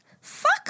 Fuck